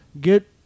get